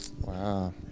Wow